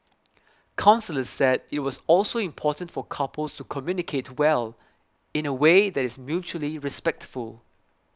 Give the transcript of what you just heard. counsellors said it was also important for couples to communicate well in away that is mutually respectful